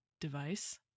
device